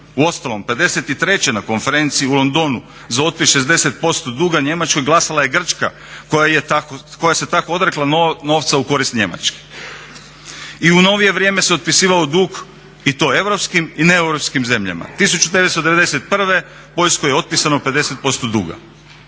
Uostalom '53. na Konferenciji u Londonu za otpis 60% duga Njemačkoj glasala je Grčka koja se tako odrekla novca u korist Njemačke. I u novije vrijeme se otpisivao dug i to europskim i neeuropskim zemljama. 1991. Poljskoj je otpisano 50% duga.